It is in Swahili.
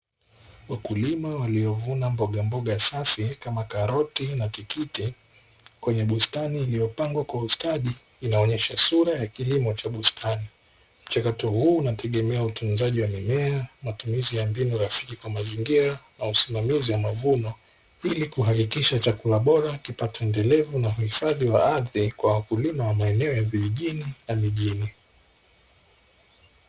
Wakulima waliovuna mbogamboga safi kama karoti na tikiti, kwenye bustani iliyopangwa kwa ustadi, inayoinesha sura ya kilimo cha bustani. Mchakato huu unategemea utunzaji wa mimea, matumizi ya mbinu rafiki kwa mazingira na usimamizi wa mavuno ili kuhakikisha chakula bora, kipato endelevu na Uhifadhi wa ardhi kwa wakulima wa maeneo ya vijijini na mijini.